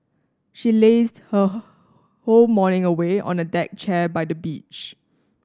she lazed her whole morning away on a deck chair by the beach